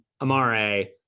Amare